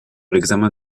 l’examen